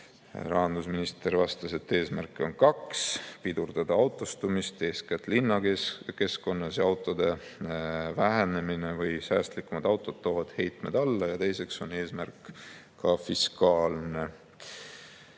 Rahandusminister vastas, et eesmärke on kaks: pidurdada autostumist eeskätt linnakeskkonnas, et autode [arvu] vähenemine või säästlikumad autod tooksid heite [taseme] alla, ja teiseks on eesmärk ka fiskaalne.